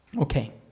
Okay